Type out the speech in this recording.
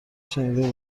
شنیده